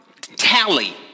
tally